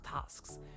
tasks